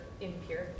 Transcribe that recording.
impure